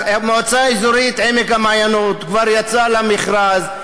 מועצה אזורית עמק-המעיינות כבר יצאה למכרז,